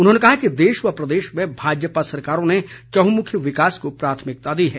उन्होंने कहा कि देश व प्रदेश में भाजपा सरकारों ने चहुमुखी विकास को प्राथमिकता दी है